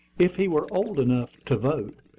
if he were old enough to vote,